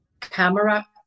camera